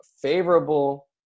favorable